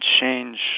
change